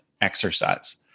exercise